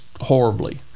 horribly